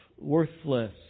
worthless